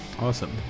Awesome